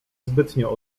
zbytnio